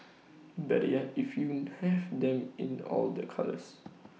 better yet if you have them in all the colours